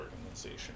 Organization